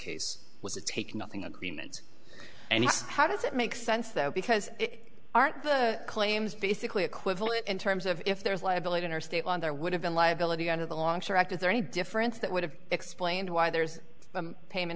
case was a take nothing agreement and how does it make sense though because aren't the claims basically equivalent in terms of if there's liability in our stay on there would have been liability under the launcher act is there any difference that would have explained why there's a payment